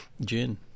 gin